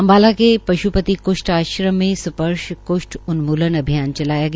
अम्बाला के पश्पति क्ष्ठ आश्रम में स्पर्श क्ष्ठ उन्मूलन अभियान चलाया गया